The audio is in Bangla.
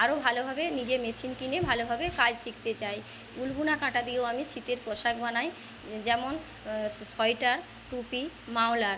আরো ভালোভাবে নিজের মেশিন কিনে ভালোভাবে কাজ শিখতে চাই উলবোনা কাঁটা দিয়েও আমি শীতের পোশাক বানাই যেমন সোয়েটার টুপি মাফলার